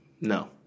No